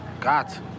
Got